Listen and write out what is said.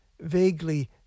vaguely